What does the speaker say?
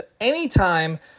anytime